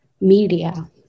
media